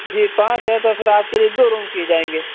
جی پانچ ہیں تو پھر آپ کے لیے دو روم کیے جائیں گے